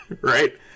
right